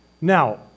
Now